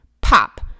Pop